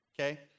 okay